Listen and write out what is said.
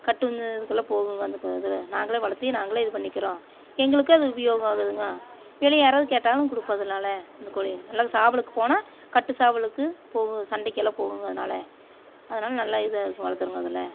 கட்டுன்னு இதுக்குள்ளே போகுதுங்க அந்த இதில் நாங்களே வளர்த்தி நாங்களே இது பண்ணிக்கிறோம் எங்களுக்கு அது உபயோகம் ஆகுதுங்க வெளியே யாராவது கேட்டாலும் கொடுப்போம் அதனால இந்த கோழி அல்லது சாவலுக்கு போனால் கட்டுசாவலுக்கு போகும் சண்டைக்கெல்லாம் போகுதுங்க அதனால அதனால நல்லா இதாக இருக்குது வளர்த்துறோங்க அதில்